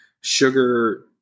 sugar